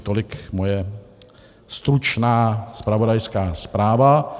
Tolik moje stručná zpravodajská zpráva.